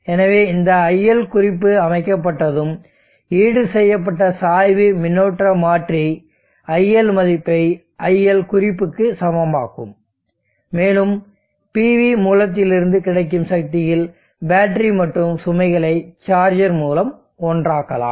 எனவே இந்த iL குறிப்பு அமைக்கப்பட்டதும் ஈடுசெய்யப்பட்ட சாய்வு மின்னோட்ட மாற்றி iL மதிப்பை iL குறிப்புக்கு சமமாக்கும் மேலும் PV மூலத்திலிருந்து கிடைக்கும் சக்தியில் பேட்டரி மற்றும் சுமைகளை சார்ஜர் மூலம் ஒன்றாக்கலாம்